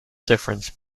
difference